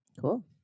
cool